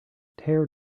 tear